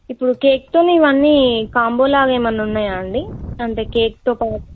ఇప్పుడు కేక్తోని ఇవన్నీ కాంబోలాగా ఏమైనా ఉన్నాయా అండి అంటే కేక్తో పా